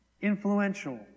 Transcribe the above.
influential